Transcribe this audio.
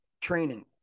training